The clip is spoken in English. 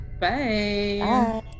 Bye